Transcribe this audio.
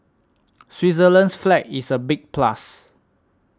Switzerland's flag is a big plus